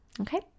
Okay